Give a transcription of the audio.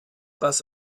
was